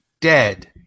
Dead